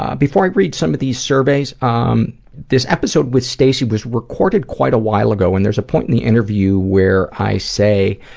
ah before i read some of these surveys. um this episode with stacey was recorded quite a while ago when there is a point in the interview where i say